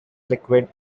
liquid